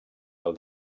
del